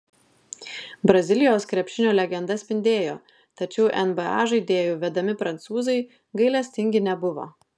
brazilijos krepšinio legenda spindėjo tačiau nba žaidėjų vedami prancūzai gailestingi nebuvo